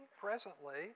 presently